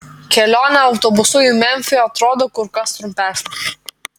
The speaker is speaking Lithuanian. kelionė autobusu į memfį atrodo kur kas trumpesnė